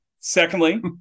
Secondly